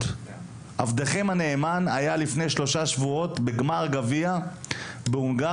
עבדכם הנאמן היה לפני שלושה שבועות בגמר גביע בהונגריה.